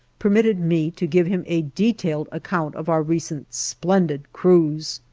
permitted me to give him a detailed account of our recent splendid cruise.